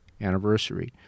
anniversary